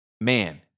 man—